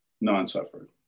non-suffered